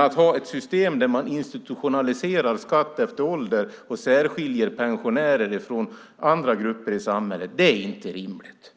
Att ha ett system där man institutionaliserar skatt efter ålder och särskiljer pensionärer från andra grupper i samhället är inte rimligt.